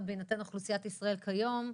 בהינתן אוכלוסיית ישראל כיום.